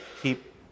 keep